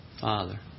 Father